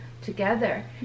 together